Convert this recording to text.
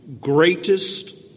greatest